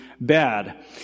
bad